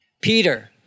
Peter